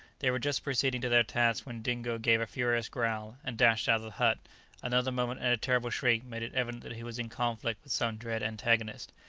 they were just proceeding to their task when dingo gave a furious growl, and dashed out of the hut another moment, and a terrible shriek made it evident that he was in conflict with some dread antagonist.